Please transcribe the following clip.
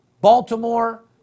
Baltimore